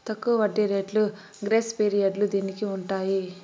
తక్కువ వడ్డీ రేట్లు గ్రేస్ పీరియడ్లు దీనికి ఉంటాయి